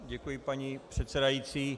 Děkuji, paní předsedající.